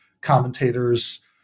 commentators